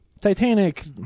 Titanic